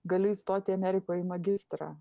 galiu įstoti amerikoj į magistrą